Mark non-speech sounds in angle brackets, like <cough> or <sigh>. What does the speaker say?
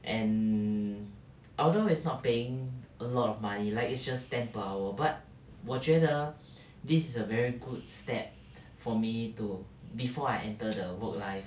and although it's not paying a lot of money like it's just ten per hour but 我觉得 <breath> this is a very good step for me too before I enter the work life